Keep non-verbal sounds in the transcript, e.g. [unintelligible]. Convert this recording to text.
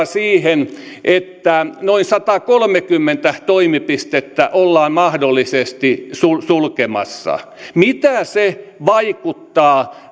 [unintelligible] siihen että noin satakolmekymmentä toimipistettä ollaan mahdollisesti sulkemassa mitä se vaikuttaa [unintelligible]